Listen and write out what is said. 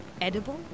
edible